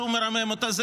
שהוא מרומם אתה,